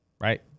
right